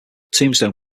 tombstone